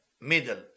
middle